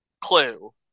Clue